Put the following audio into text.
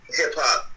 hip-hop